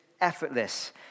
effortless